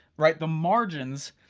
right? the margins,